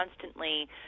constantly